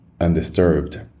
undisturbed